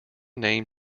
name